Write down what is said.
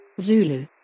Zulu